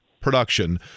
production